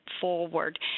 forward